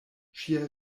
ŝia